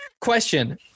question –